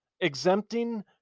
exempting